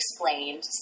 explained